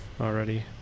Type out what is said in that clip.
already